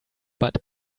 but